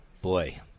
boy